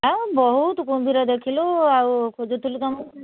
ଆ ବହୁତ କୁମ୍ଭୀର ଦେଖିଲୁ ଆଉ ଖୋଜୁଥିଲୁ ତୁମକୁ